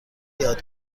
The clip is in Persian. یاد